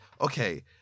Okay